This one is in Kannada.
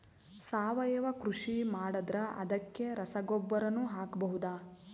ಸಾವಯವ ಕೃಷಿ ಮಾಡದ್ರ ಅದಕ್ಕೆ ರಸಗೊಬ್ಬರನು ಹಾಕಬಹುದಾ?